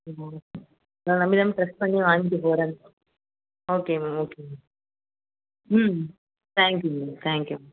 எப்படி மேம் உங்களை நம்பி தான் ப்ளஸ் பண்ணி வாங்கிட்டு போகிறேன் ஓகே மேம் ஓகே மேம் ம் தேங்க்கியூ மேம் தேங்க்கியூ மேம்